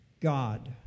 God